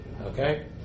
Okay